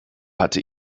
hatte